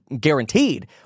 guaranteed